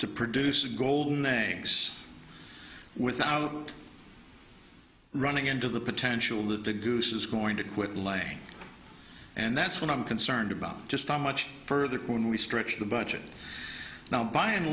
to produce a golden eggs without running into the potential that the goose is going to quit laying and that's what i'm concerned about just how much further when we stretch the budget now by and